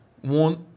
one